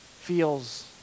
feels